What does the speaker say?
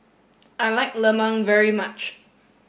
I like Lemang very much